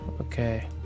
Okay